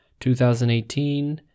2018